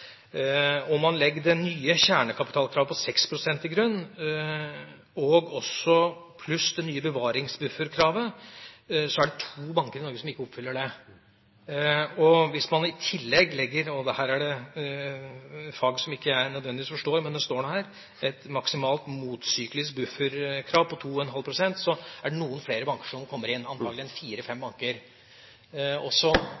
Om man legger det nye kjernekapitalkravet på 6 pst. til grunn, pluss det nye bevaringsbufferkravet, så er det to banker i Norge som ikke oppfyller det. Hvis man i tillegg legger – her er det fag jeg ikke nødvendigvis forstår, men det står jo her – et maksimalt motsyklisk bufferkrav på 2,5 pst., er det noen flere banker som kommer inn,